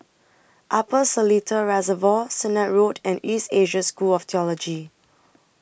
Upper Seletar Reservoir Sennett Road and East Asia School of Theology